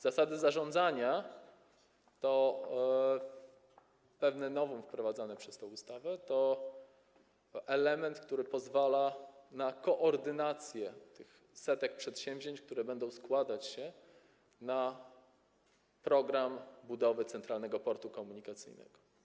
Zasady zarządzania to pewne novum wprowadzone przez tę ustawę, to element, który pozwala na koordynację tych setek przedsięwzięć, które będą składać się na program budowy Centralnego Portu Komunikacyjnego.